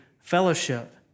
fellowship